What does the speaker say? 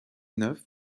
neuf